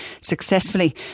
successfully